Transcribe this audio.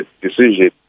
decision